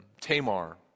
Tamar